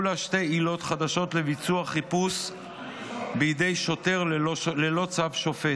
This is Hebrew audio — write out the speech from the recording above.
לה שתי עילות חדשות לביצוע חיפוש בידי שוטר ללא צו שופט.